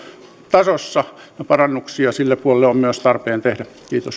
tasossa ja parannuksia sille puolelle on myös tarpeen tehdä